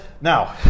now